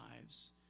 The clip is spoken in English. lives